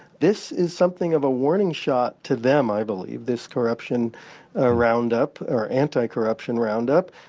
this is something of a warning shot to them, i believe, this corruption ah roundup, or anti-corruption roundup,